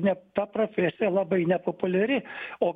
ne ta profesija labai nepopuliari o